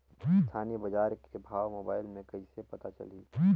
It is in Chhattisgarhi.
स्थानीय बजार के भाव मोबाइल मे कइसे पता चलही?